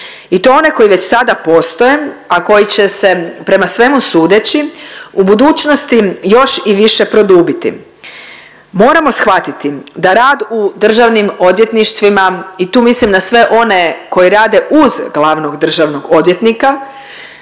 I to one koji već sada postoje, a koji će se prema svemu sudeći u budućnosti još i više produbiti. Moramo shvatiti da rad u državnim odvjetništvima i tu mislim na sve one koji rade uz glavnog državnog odvjetnika